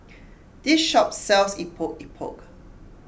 this shop sells Epok Epok